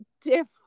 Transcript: different